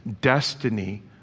destiny